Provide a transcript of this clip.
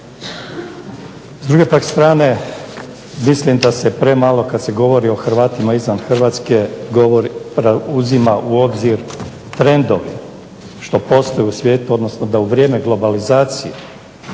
S druge pak strane, mislim da se premalo kad se govori o Hrvatima izvan Hrvatske uzima u obzir trendom što postoji u svijetu, odnosno da u vrijeme globalizacije